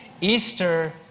Easter